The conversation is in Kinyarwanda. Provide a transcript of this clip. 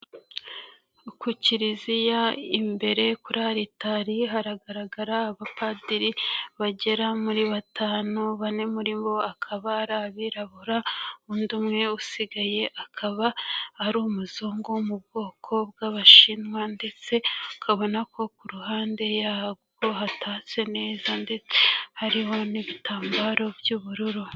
Ku Kiliziya imbere kuri Aritari haragaragara abapadiri bagera muri batanu, bane muri bo akaba ari umwirabura undi umwe usigaye akaba ari umuzungu wo mu bwoko bw'Abashinwa ndetse ukabona ko ku ruhande yabo hatatse neza ndetse hariho n'ibitambaro by'ubururu.